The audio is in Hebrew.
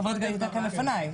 חברת הכנסת ברק הייתה כאן לפניי.